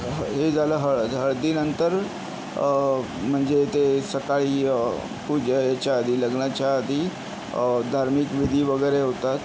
हे झालं हळद हळदीनंतर म्हणजे ते सकाळी पूजेच्या आधी लग्नाच्या आधी धार्मिक विधी वगैरे होतात